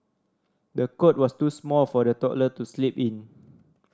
the cot was too small for the toddler to sleep in